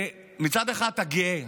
מצד אחד אתה גאה,